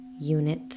unit